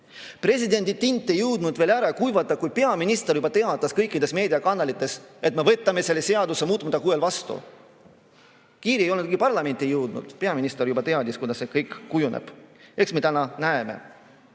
Presidendi tint ei jõudnud veel ära kuivada, kui peaminister juba teatas kõikides meediakanalites, et me võtame selle seaduse muutmata kujul vastu. Kiri ei olnud veel parlamentigi jõudnud, aga peaminister juba teadis, kuidas see kõik kujuneb. Eks me täna näeme.